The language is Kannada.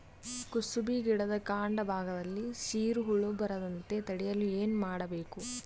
ಕುಸುಬಿ ಗಿಡದ ಕಾಂಡ ಭಾಗದಲ್ಲಿ ಸೀರು ಹುಳು ಬರದಂತೆ ತಡೆಯಲು ಏನ್ ಮಾಡಬೇಕು?